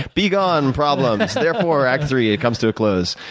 be gone problems. therefore, act three comes to a close.